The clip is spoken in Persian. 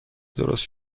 درست